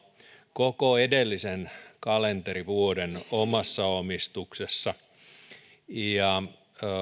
koko edellisen kalenterivuoden omassa omistuksessa